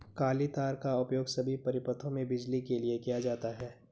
काली तार का उपयोग सभी परिपथों में बिजली के लिए किया जाता है